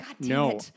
no